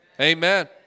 amen